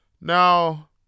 now